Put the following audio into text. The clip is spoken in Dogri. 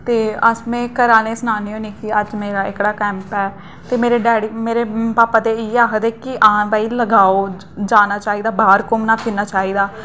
ते में घरैआह्लें गी सुनान्नी होन्नी कि अज्ज मेरा एह्कड़ा कैम्प ऐ ते मेरे डैडी मेरे पापा इ'यै आक्खदे न कि लगाओ जाना चाहिदा बाह्र घुम्मना फिरना चाहिदा